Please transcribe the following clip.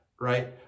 right